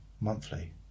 monthly